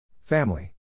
Family